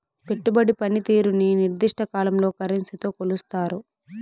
పెట్టుబడి పనితీరుని నిర్దిష్ట కాలంలో కరెన్సీతో కొలుస్తారు